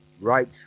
right